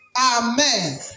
Amen